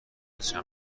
بچه